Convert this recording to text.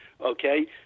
okay